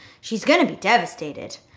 she's gonna be devastated.